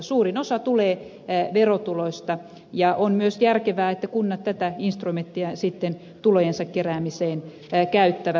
suurin osa tulee verotuloista ja on myös järkevää että kunnat tätä instrumenttia sitten tulojensa keräämiseen käyttävät